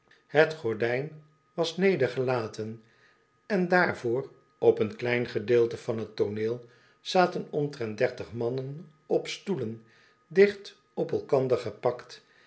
het gordijn was neergelaten en daarvoor op een klein gedeelte van t tooneel zaten omtrent dertig mannen op stoelen dicht op elkander gepakt